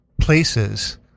places